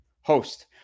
Host